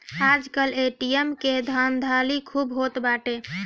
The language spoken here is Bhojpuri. आजकल ए.टी.एम के धाधली खूबे होत बाटे